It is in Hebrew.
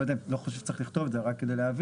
לא חושב שצריך לכתוב את זה אבל רק כדי להבהיר.